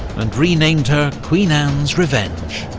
and renamed her queen anne's revenge.